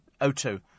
O2